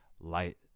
light